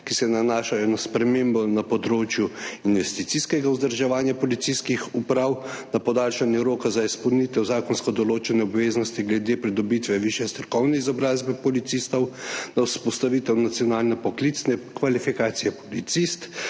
ki se nanašajo na spremembo na področju investicijskega vzdrževanja policijskih uprav, na podaljšanje roka za izpolnitev zakonsko določene obveznosti glede pridobitve višje strokovne izobrazbe policistov, na vzpostavitev nacionalne poklicne kvalifikacije policist